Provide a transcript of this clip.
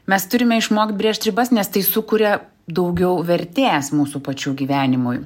mes turime išmokt brėžt ribas nes tai sukuria daugiau vertės mūsų pačių gyvenimui